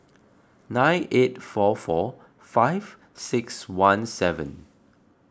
nine eight four four five six one seven